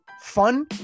fun